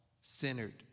centered